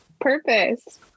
purpose